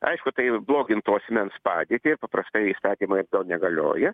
aišku tai blogintų asmens padėtį ir paprastai įstatymai negalioja